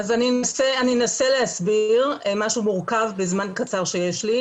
אני אנסה להסביר משהו מורכב בזמן הקצר שיש לי.